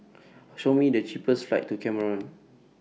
Show Me The cheapest flights to Cameroon